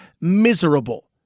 miserable